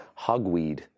hogweed